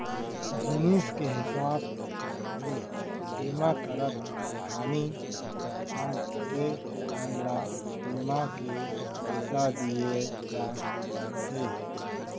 जिनिस के हिसाब ले बीमा करत घानी मनसे मन ल बीमा के पइसा दिये ल परथे